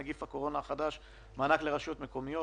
נגיף הקורונה החדש) (מענק לרשויות מקומיות),